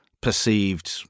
perceived